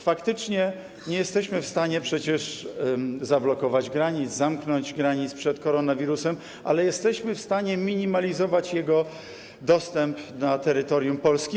Faktycznie nie jesteśmy w stanie przecież zablokować granic, zamknąć granic przed koronawirusem, ale jesteśmy w stanie minimalizować jego dostęp na terytorium Polski.